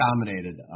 dominated